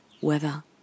Weather